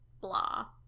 Blah